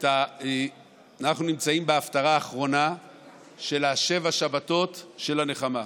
אנחנו נמצאים בהפטרה האחרונה של שבע השבתות של הנחמה.